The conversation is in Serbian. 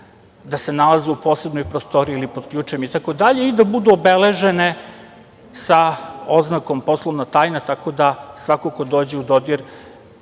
da se nalaze u posebnoj prostoriji ili pod ključem itd, i da budu obeležene sa oznakom poslovna tajna. Tako da, svako ko dođe u dodir,